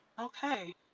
Okay